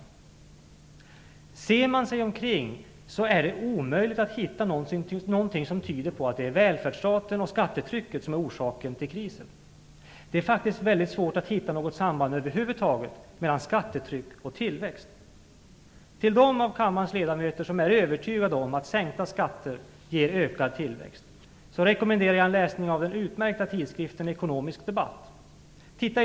Om man ser sig omkring är det omöjligt att hitta någonting som tyder på att det är välfärdsstaten och skattetrycket som är orsaken till krisen. Det är faktiskt mycket svårt att hitta något samband över huvud taget mellan skattetrycket och tillväxten. Till de av kammarens ledamöter som är övertygade om att sänkta skatter ger en ökad tillväxt rekommenderar jag läsning av den utmärkta tidskriften Ekonomisk debatt.